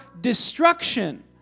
destruction